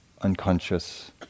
unconscious